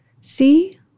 See